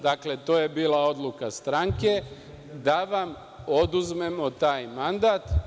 Dakle, to je bila odluka stranke da vam oduzmemo taj mandat.